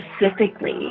specifically